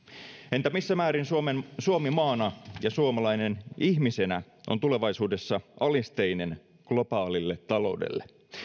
entä missä määrin suomi maana ja suomalainen ihmisenä on tulevaisuudessa alisteinen globaalille taloudelle